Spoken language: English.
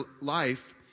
life